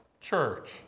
church